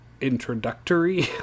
introductory